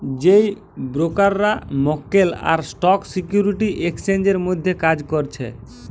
যেই ব্রোকাররা মক্কেল আর স্টক সিকিউরিটি এক্সচেঞ্জের মধ্যে কাজ করছে